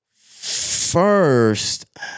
First